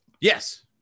yes